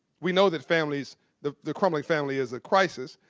we know that families the the crumbling family is a crisis.